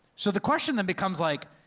so the question then becomes like,